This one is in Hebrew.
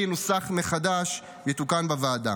ינוסח מחדש ויתוקן בוועדה.